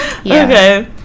Okay